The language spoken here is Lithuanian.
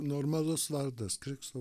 normalus vardas krikšto